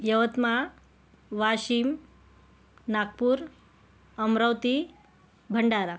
Yavatmal Washim Nagpur Amravati Bhandara